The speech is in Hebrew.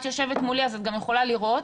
את יושבת מולי אז את גם יכולה לראות,